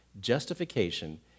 Justification